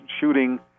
shooting